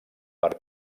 per